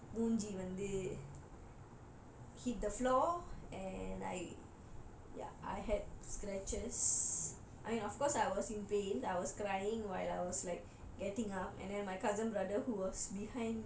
so when I jump and then மூஞ்சி வந்து:munji vanthu hit the floor and like ya I had scratches I mean of course I was in pain I was crying while I was like getting up and then my cousin brother who was behind